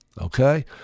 Okay